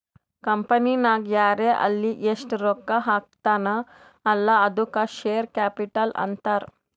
ಕಂಪನಿನಾಗ್ ಯಾರೇ ಆಲ್ಲಿ ಎಸ್ಟ್ ರೊಕ್ಕಾ ಹಾಕ್ತಾನ ಅಲ್ಲಾ ಅದ್ದುಕ ಶೇರ್ ಕ್ಯಾಪಿಟಲ್ ಅಂತಾರ್